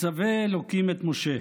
מצווה אלוקים את משה: